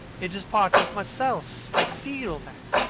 it is part of myself. i feel that.